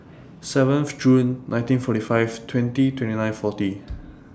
seventh June nineteen forty five twenty twenty nine forty